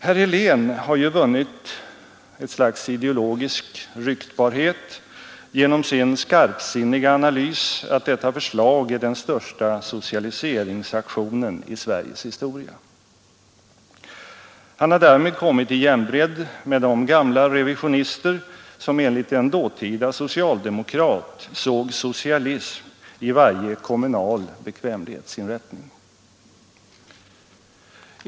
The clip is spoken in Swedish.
Herr Helén har ju vunnit ideologisk rykbarhet genom sin skarpsinniga analys att detta förslag är den största socialiseringsaktionen i Sveriges histora. Han har därmed kommit i jämbredd med de gamla revisionister som enligt en dåtida socialdemokrat såg socialism i varje kommunal bekvämlighetsinrättning.